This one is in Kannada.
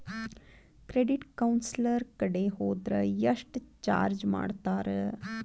ಕ್ರೆಡಿಟ್ ಕೌನ್ಸಲರ್ ಕಡೆ ಹೊದ್ರ ಯೆಷ್ಟ್ ಚಾರ್ಜ್ ಮಾಡ್ತಾರ?